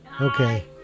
Okay